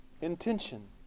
Intention